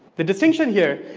the distinction here,